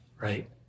right